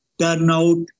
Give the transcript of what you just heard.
turnout